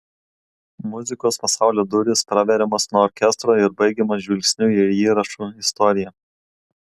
muzikos pasaulio durys praveriamos nuo orkestro ir baigiamos žvilgsniu į įrašų istoriją